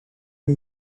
chi